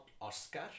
Oscar